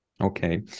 Okay